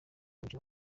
mukino